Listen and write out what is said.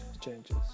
changes